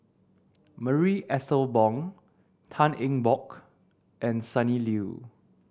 Marie Ethel Bong Tan Eng Bock and Sonny Liew